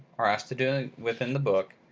are asked to do within the book.